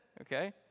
okay